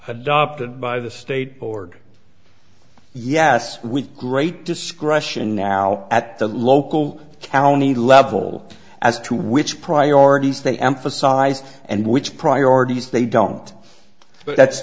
adopted by the state board yes we great discretion now at the local county level as to which priorities they emphasized and which priorities they don't but